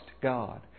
God